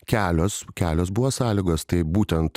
kelios kelios buvo sąlygos tai būtent